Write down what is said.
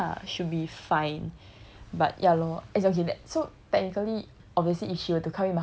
so I think okay lah should be fine but ya lor it's okay that so technically